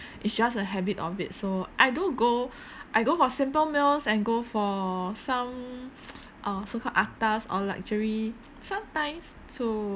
it's just a habit of it so I do go I go for simple meals and go for some uh so called atas or luxury sometimes too